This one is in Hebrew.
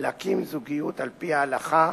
להקים זוגיות על-פי ההלכה,